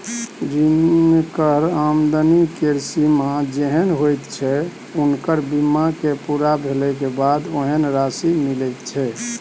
जिनकर आमदनी केर सीमा जेहेन होइत छै हुनकर बीमा के पूरा भेले के बाद ओहेन राशि मिलैत छै